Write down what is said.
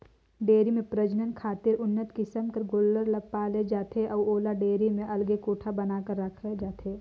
dairy में प्रजनन खातिर उन्नत किसम कर गोल्लर ल पाले जाथे अउ ओला डेयरी में अलगे कोठा बना कर राखे जाथे